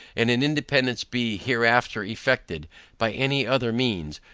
and an independance be hereafter effected by any other means,